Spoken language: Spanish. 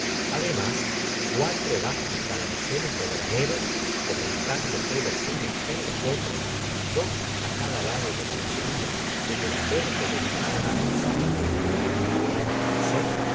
ademas cuatro vastos almacenes ó graneros comunicándose los unos con los otros dos á cada lado de la galeria desde la puerta de entrada á la sala de en medio a mi parecer